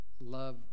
Love